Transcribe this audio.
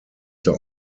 der